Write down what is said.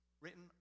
written